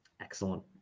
Excellent